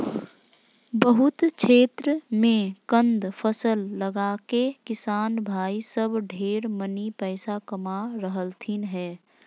बहुत क्षेत्र मे कंद फसल लगाके किसान भाई सब ढेर मनी पैसा कमा रहलथिन हें